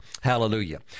hallelujah